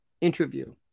interview